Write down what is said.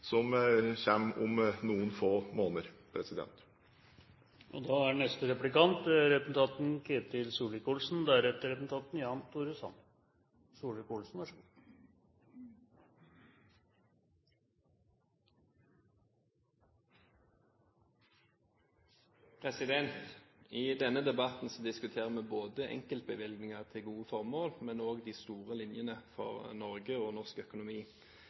som kommer om noen få måneder. I denne debatten diskuterer vi enkeltbevilgninger til gode formål, men også de store linjene for Norge og norsk økonomi. I Aftenposten 9. mai i år var finansministerens statssekretær Ketil Lund ute og